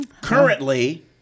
currently